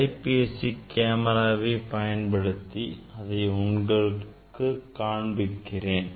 அலைபேசி கேமராவை பயன்படுத்தி உங்களுக்கு காண்பிக்கிறேன்